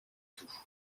tout